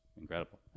incredible